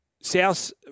South